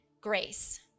grace